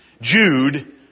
Jude